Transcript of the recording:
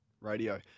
radio